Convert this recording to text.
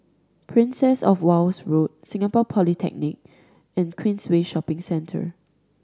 Princess Of Wales Road Singapore Polytechnic and Queensway Shopping Centre